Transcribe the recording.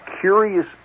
curious